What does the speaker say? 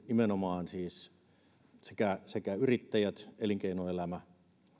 nimenomaan siis sekä sekä yrittäjillä elinkeinoelämällä